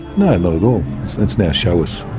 no, not at all. it's now show us.